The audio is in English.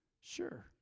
Sure